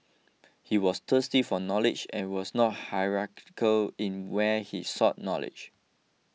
he was thirsty for knowledge and was not hierarchical in where he sought knowledge